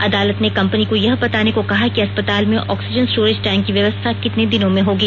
अदालत ने कंपनी को यह बताने को कहा कि अस्पताल ऑक्सीजन स्टोरेज टैंक की व्यवस्था कितने दिनों में होगी